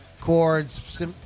chords